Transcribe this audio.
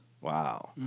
Wow